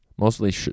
mostly